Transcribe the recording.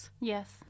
Yes